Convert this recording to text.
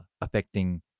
affecting